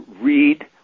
Read